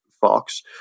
Fox